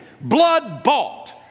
blood-bought